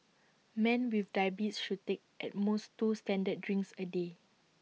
men with diabetes should take at most two standard drinks A day